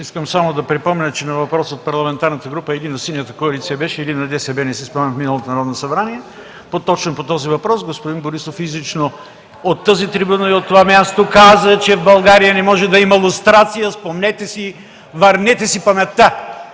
Искам само да припомня, че на въпрос от парламентарна група – беше един от Синята коалиция или ДСБ, не си спомням, в миналото Народно събрание точно по този въпрос, господин Борисов изрично от тази трибуна и от това място каза, че в България не може да има лустрация. Спомнете си! Върнете си паметта!